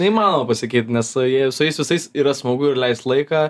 neįmanoma pasakyt nes jie su jais visais yra smagu ir leist laiką